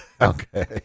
Okay